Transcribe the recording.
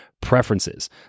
preferences